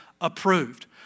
approved